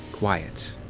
quiet.